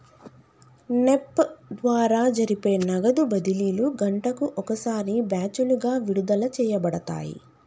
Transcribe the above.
NEFT ద్వారా జరిపే నగదు బదిలీలు గంటకు ఒకసారి బ్యాచులుగా విడుదల చేయబడతాయి